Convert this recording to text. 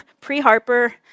Pre-Harper